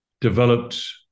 Developed